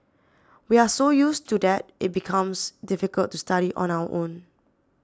we are so used to that it becomes difficult to study on our own